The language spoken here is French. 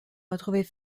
retrouver